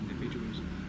individuals